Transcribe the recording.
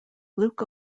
luke